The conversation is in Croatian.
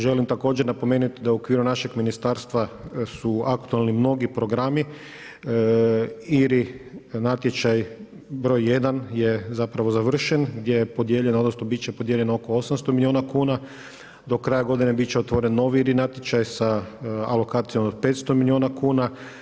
Želim također napomenuti da u okviru našeg ministarstva su aktualni mnogi programi ili natječaj br. 1 je zapravo završen gdje je podijeljeno, odnosno biti će podijeljeno oko 800 milijuna kuna, do kraja godine biti će otvoren novi … natječaj sa alokacijom od 500 milijuna kuna.